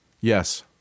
Yes